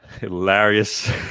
Hilarious